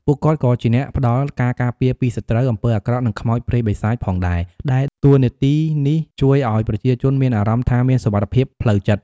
ពួកគាត់ក៏ជាអ្នកផ្តល់ការការពារពីសត្រូវ អំពើអាក្រក់ និងខ្មោចព្រាយបិសាចផងដែរ ដែលតួនាទីនេះជួយឱ្យប្រជាជនមានអារម្មណ៍ថាមានសុវត្ថិភាពផ្លូវចិត្ត។